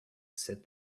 said